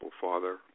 Father